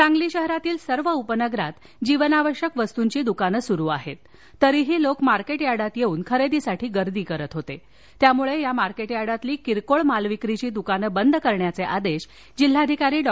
सांगली शहरातील सर्व उपनगरात जीवनावश्यक वस्तूंची दुकानं सुरू आहेत तरी लोक मार्केट यार्डात येऊन खरेदीसाठी गर्दी करत होते त्यामुळे या मार्केट यार्डातील किरकोळ माल विक्री दुकानं बंद करण्याचे आदेश जिल्हाधिकारी डॉ